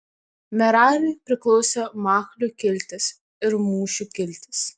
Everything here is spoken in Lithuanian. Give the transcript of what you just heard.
merariui priklausė machlių kiltis ir mušių kiltis